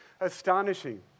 astonishing